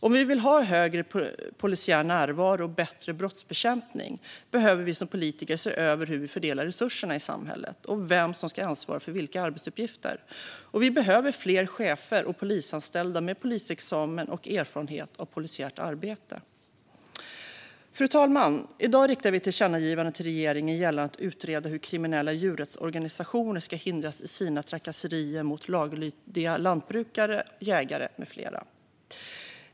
Om vi vill ha högre polisnärvaro och bättre brottsbekämpning behöver vi politiker se över hur vi fördelar resurserna i samhället och vem som ska ansvara för vilka arbetsuppgifter. Vi behöver fler chefer och polisanställda med polisexamen och erfarenhet av polisiärt arbete. Fru talman! I dag riktar vi ett tillkännagivande till regeringen gällande att utreda hur kriminella djurrättsorganisationer ska hindras i sina trakasserier mot laglydiga lantbrukare, jägare med flera.